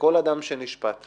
שכל אדם שנשפט,